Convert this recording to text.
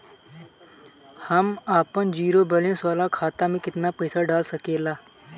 हम आपन zero balance वाला खाता मे केतना पईसा डाल सकेला?